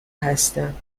هستم